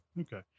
okay